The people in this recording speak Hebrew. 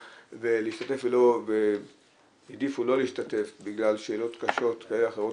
להשתתף והעדיפו לא להשתתף בגלל שאלות קשות כאלה ואחרות,